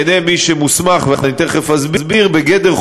אדוני היושב-ראש חבר הכנסת חמד עמאר, אדוני